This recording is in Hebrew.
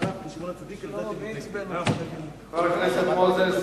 הכנסת מנחם אליעזר מוזס.